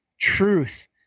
truth